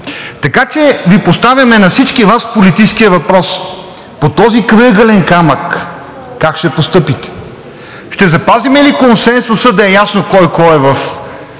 Така че Ви поставяме на всички Вас политическия въпрос: по този крайъгълен камък как ще постъпите? Ще запазим ли консенсуса да е ясно кой кой е и